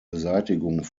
beseitigung